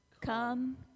Come